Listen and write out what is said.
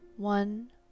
One